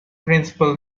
principal